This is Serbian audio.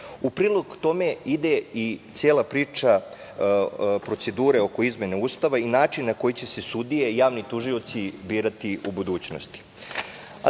prilog tome ide i cela priča procedure oko izmene Ustava i način na koji će se sudije i javni tužioci birati u budućnosti. Ali,